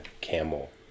camel